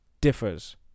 differs